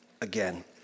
again